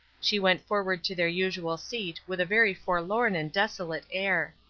she went forward to their usual seat with a very forlorn and desolate air.